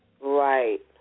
Right